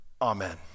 Amen